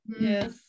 Yes